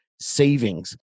savings